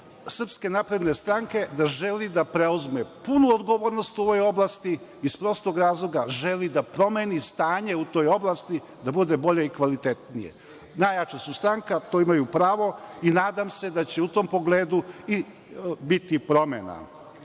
kao poruku SNS da želi da preuzme punu odgovornost u ovoj oblasti iz prostog razloga, želi da promeni stanje u toj oblasti, da bude bolje i kvalitetnije. Najjača su stranka, to imaju pravo i nadam se da će u tom pogledu i biti promena. Isto